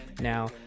Now